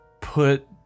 put